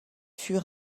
fut